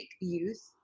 youth